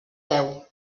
veu